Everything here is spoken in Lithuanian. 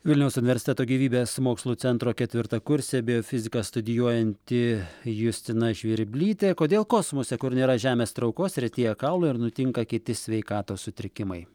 vilniaus universiteto gyvybės mokslų centro ketvirtakursė biofiziką studijuojanti justina žvirblytė kodėl kosmose kur nėra žemės traukos retėja kaulai ar nutinka kiti sveikatos sutrikimai